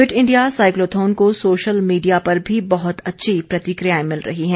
fit India cyclothon को social media पर भी बहत अच्छी प्रतिक्रियाएं मिल रही हैं